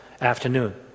afternoon